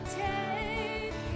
take